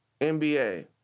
NBA